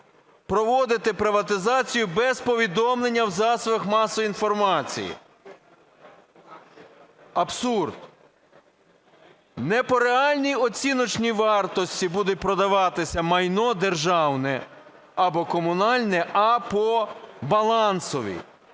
проводити приватизацію без повідомлення в засобах масової інформації. Абсурд! Не по реальній оціночній вартості буде продаватися майно державне або комунальне, а по балансовій.